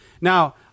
Now